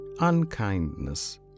unkindness